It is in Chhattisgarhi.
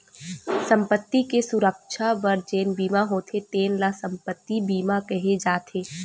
संपत्ति के सुरक्छा बर जेन बीमा होथे तेन ल संपत्ति बीमा केहे जाथे